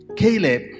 Caleb